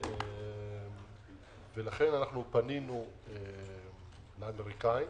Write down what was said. לכן אנחנו פנינו לאמריקאים,